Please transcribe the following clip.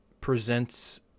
presents